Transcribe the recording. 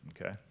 okay